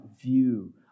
view